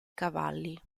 cavalli